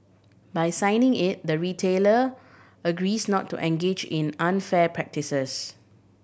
by signing it the retailer agrees not to engage in unfair practices